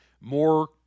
More